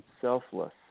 selfless